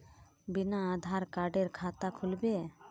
बिना आधार कार्डेर खाता खुल बे?